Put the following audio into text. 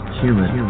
human